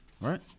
Right